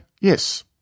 Yes